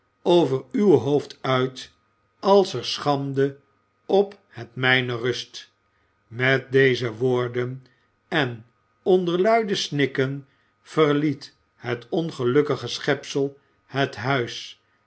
over uw hoofd uit als er schande op het mijne rust met deze woorden en onder luide snikken verliet het ongelukkige schepsel het huis